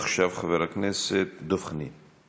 עכשיו חבר הכנסת דב חנין.